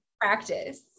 practice